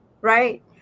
right